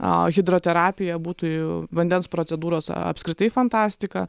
hidroterapija būtų vandens procedūros apskritai fantastika